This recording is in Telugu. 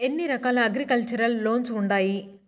ఎన్ని రకాల అగ్రికల్చర్ లోన్స్ ఉండాయి